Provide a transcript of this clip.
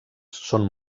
són